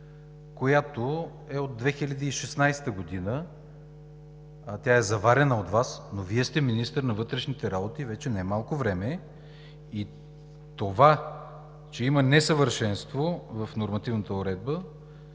която е от 2016 г. Тя е заварена от Вас, но Вие сте министър на вътрешните работи вече немалко време и това, че има несъвършенство в нормативната уредба